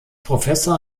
professor